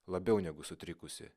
labiau negu sutrikusi